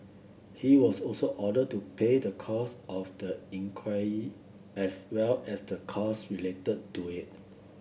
he was also ordered to pay the costs of the inquiry as well as the costs related to it